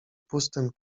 pustym